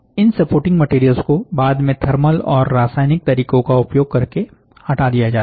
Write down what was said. इन supporting materials को बाद में थर्मल और रासायनिक तरीकों का उपयोग करके हटा दिया जाता है